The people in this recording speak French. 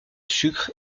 sucre